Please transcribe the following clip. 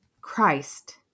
christ